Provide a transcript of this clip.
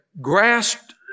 grasped